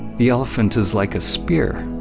the elephant is like a spear,